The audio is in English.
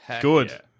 Good